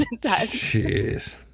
Jeez